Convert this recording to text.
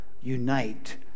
unite